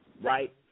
right